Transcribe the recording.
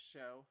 Show